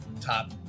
top